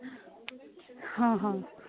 ହଁ ହଁ